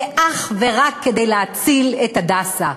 זה אך ורק כדי להציל את "הדסה"?